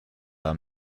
are